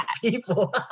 people